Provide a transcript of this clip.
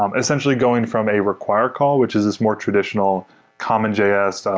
um essentially, going from a require call, which is this more traditional common js.